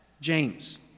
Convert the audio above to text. James